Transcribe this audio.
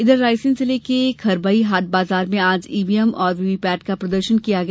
इधर रायसेन जिले के खरबई हाट बाजार में आज ईवीएम और वीवीपैट का प्रदर्शन किया गया